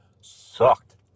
sucked